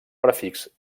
prefix